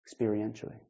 experientially